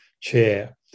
chair